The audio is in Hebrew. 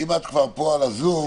אם את כבר פה על הזום,